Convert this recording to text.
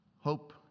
hope